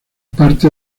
parte